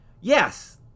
Yes